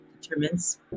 determines